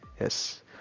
Yes